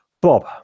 Bob